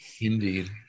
Indeed